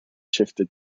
shifted